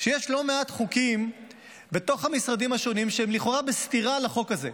שיש לא מעט חוקים בתוך המשרדים השונים שהם לכאורה בסתירה לחוק הזה.